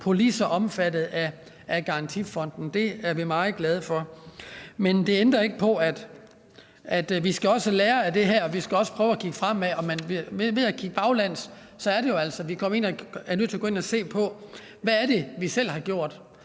policer omfattet af garantifonden. Det er vi meget glade for. Men det ændrer ikke noget ved det, at vi også skal lære af det her. Vi skal prøve at kigge fremad. Men ved at kigge bagud er det jo altså, at vi er nødt til at gå ind og kigge på, hvad det er, vi selv har gjort.